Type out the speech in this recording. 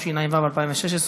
התשע"ו 2016,